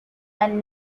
and